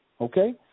Okay